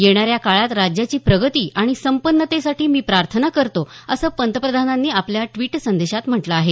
येणाऱ्या काळात राज्याची प्रगती आणि संपन्नतेसाठी मी प्रार्थना करतो असं पंतप्रधानांनी आपल्या ट्वीट संदेशात म्हटलं आहे